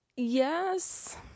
Yes